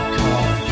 car